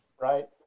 right